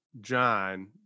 John